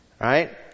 Right